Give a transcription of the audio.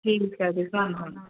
ਠੀਕ ਹੈ ਜੀ ਧੰਨਵਾਦ